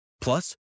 Plus